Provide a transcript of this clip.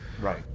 Right